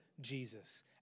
Jesus